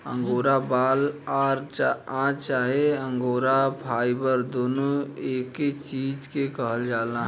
angora बाल आ चाहे अंगोरा फाइबर दुनो एके चीज के कहल जाला